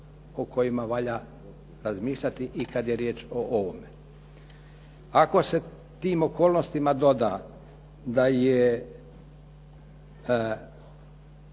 o kojima valja razmišljati i kad je riječ o ovome. Ako se tim okolnostima doda da je